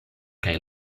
kaj